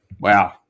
wow